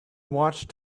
watched